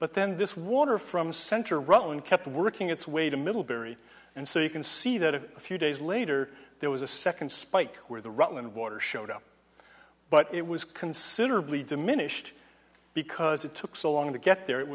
but then this water from center roan kept working its way to middlebury and so you can see that a few days later there was a second spike where the rutland water showed up but it was considerably diminished because it took so long to get there it